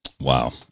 Wow